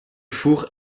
four